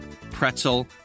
pretzel